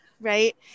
right